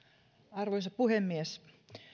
arvoisa puhemies